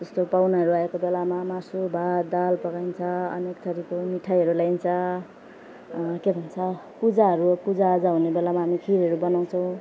जस्तो पाहुनाहरू आएको बेलामा मासु भात दाल पकाइन्छ अनेक थरीको मिठाईहरू ल्याइन्छ के भन्छ पूजाहरू पूजा आजा हुने बेलामा हामी खिरहरू बनाउँछौँ